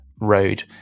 road